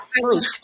Fruit